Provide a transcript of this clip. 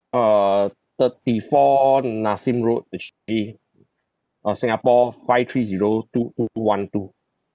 err thirty four nassim road actually uh singapore five three zero two two two one two